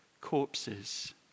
corpses